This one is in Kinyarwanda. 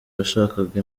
washakaga